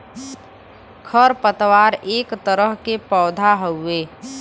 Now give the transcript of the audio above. खर पतवार एक तरह के पौधा हउवे